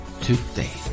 today